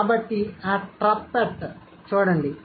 కాబట్టి ఆ ట్రప్ ఎట్ చూడండి